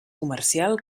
comercial